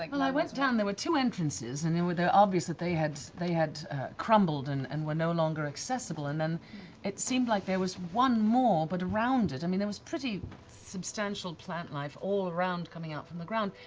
like well, i went down. there were two entrances, and and obviously they had they had crumbled and and were no longer accessible, and and it seemed like there was one more, but around it i mean there was pretty substantial plant life all around, coming out from the ground,